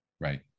Right